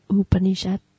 Upanishad